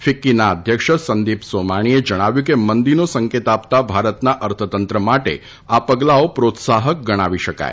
ફિક્કીના અધ્યક્ષ સંદિપ સોમાણીએ જણાવ્યું છે કે મંદીનો સંકેત આપતા ભારતના અર્થતંત્ર માટે આ પગલાંઓ પ્રોત્સાહન ગણાવી શકાય